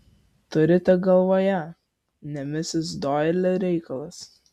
turite galvoje ne misis doili reikalas